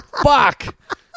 Fuck